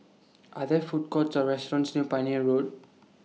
Are There Food Courts Or restaurants near Pioneer Road